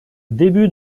début